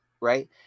right